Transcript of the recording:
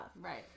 Right